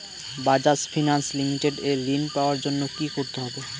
Bajaj finance limited এ ঋন পাওয়ার জন্য কি করতে হবে?